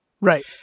Right